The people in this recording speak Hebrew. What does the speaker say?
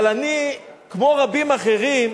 אבל אני, כמו רבים אחרים,